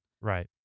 Right